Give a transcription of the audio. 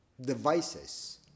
devices